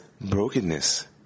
brokenness